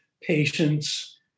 patients